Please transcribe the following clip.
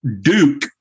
Duke